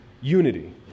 unity